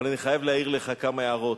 אבל אני חייב להעיר לך כמה הערות.